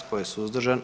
Tko je suzdržan?